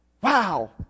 wow